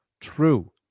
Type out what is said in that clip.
true